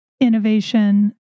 innovation